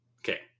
Okay